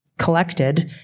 collected